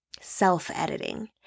self-editing